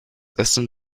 essen